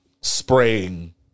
spraying